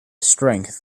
strength